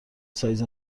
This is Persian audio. سایز